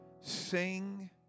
Sing